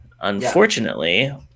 unfortunately